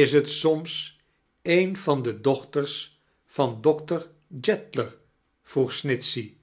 is t soms een van de docfctems van doctor jeddler vroeg snitchey